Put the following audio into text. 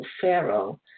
Pharaoh